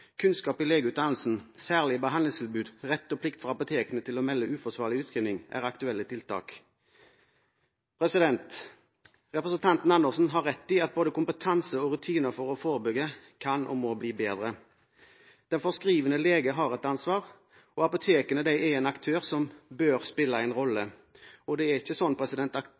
Kunnskap i legeutdannelsen, særlige behandlingstilbud, rett og plikt for apotekene til å melde uforsvarlig utskriving, er aktuelle tiltak.» Representanten Andersen har rett i at både kompetanse og rutiner for å forebygge kan og må bli bedre. Den forskrivende lege har et ansvar. Apotekene er en aktør som bør spille en rolle, og det er ikke sånn